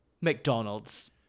McDonald's